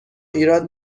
ایراد